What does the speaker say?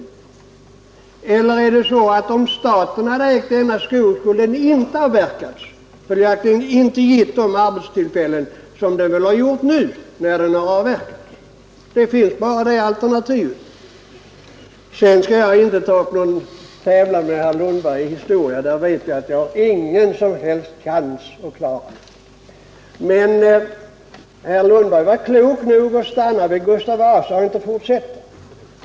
Skulle denna skog, om staten hade ägt den, inte ha avverkats och följaktligen inte givit de arbetstillfällen som den väl gjort nu när den har avverkats? Det finns bara det alternativet. Jag skall inte ta upp någon tävlan med herr Lundberg i historia — jag vet att jag inte har någon som helst chans att klara det. Herr Lundberg var klok nog att stanna vid Gustav Vasa.